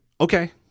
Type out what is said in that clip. Okay